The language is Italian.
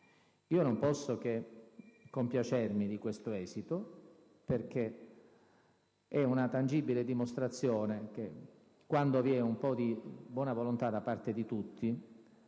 Io non posso che compiacermi di questo esito, perché è una tangibile dimostrazione che, quando vi è un po' di buona volontà da parte di tutti,